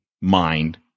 mind